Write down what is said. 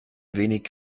wenig